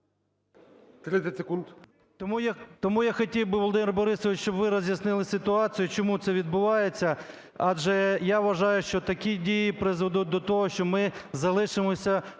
…Тому я хотів би, Володимир Борисович, щоб ви роз'яснили ситуацію, чому це відбувається. Адже, я вважаю, що такі дії призведуть до того, що ми залишимося